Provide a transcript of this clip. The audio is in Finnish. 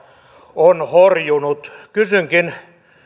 on horjunut kysynkin